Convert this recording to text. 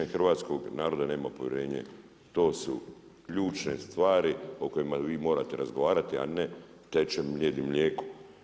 2/3 Hrvatskog naroda nema povjerenje, to su ključne stvari o kojima vi morate razgovarate, a ne teče med i mlijeko.